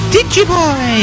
DigiBoy